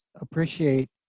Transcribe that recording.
appreciate